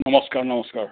নমস্কাৰ নমস্কাৰ